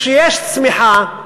כשיש צמיחה,